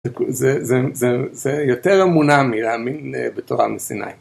זה, זה, זה, זה... זה יותר אמונה מלהאמין בתורה מסיני.